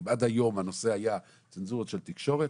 אם עד היום הנושא היה צנזורה של תקשורת,